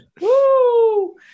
Woo